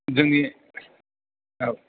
जोंनि औ